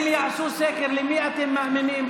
אם יעשו סקר: למי אתם מאמינים,